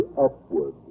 upward